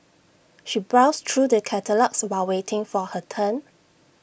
she browsed through the catalogues while waiting for her turn